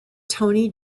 tony